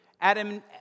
Adam